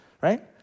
right